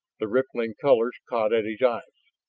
the rippling colors caught at his eyes.